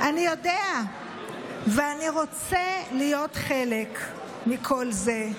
אני יודע, ואני רוצה להיות חלק מכל זה.